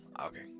Okay